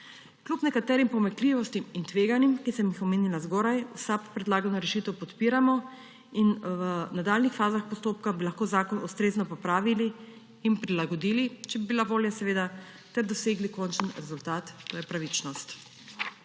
Kljub nekaterim pomanjkljivostim in tveganjem, ki sem jih omenila zgoraj, v SAB predlagano rešitev podpiramo. V nadaljnjih fazah postopka bi lahko zakon ustrezno popravili in prilagodili, če bi bila volja seveda, ter dosegli končen rezultat, to je pravičnost.